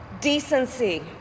decency